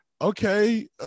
Okay